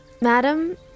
madam